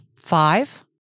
five